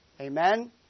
Amen